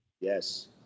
Yes